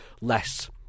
less